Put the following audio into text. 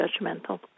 judgmental